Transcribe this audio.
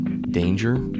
danger